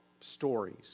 stories